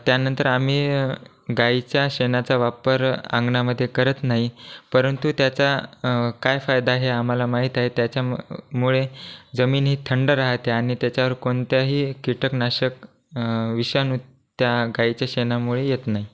त्यानंतर आम्ही गाईच्या शेणाचा वापर अंगणामध्ये करत नाही परंतु त्याचा काय फायदा हे आम्हाला माहीत आहे त्याच्यामु मुळे जमीन ही थंड राहते आणि त्याच्यावर कोणत्याही कीटकनाशक विषाणू त्या गाईच्या शेणामुळे येत नाही